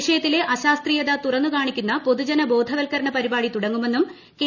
വിഷയത്തിലെ അശാസ്ത്രീയത തുറന്നുകാണിക്കുന്ന പൊതുജന ബ്യൂധവൽക്കരണ പരിപാടി തുടങ്ങുമെന്നും കെ